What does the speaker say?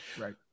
Right